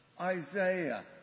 Isaiah